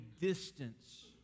distance